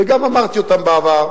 וגם אמרתי אותן בעבר,